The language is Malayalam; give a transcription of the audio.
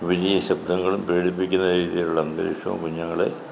വലിയ ശബ്ദങ്ങളും പേടിപ്പിക്കുന്ന രീതിയിലുള്ള അന്തരീക്ഷവും കുഞ്ഞുങ്ങളെ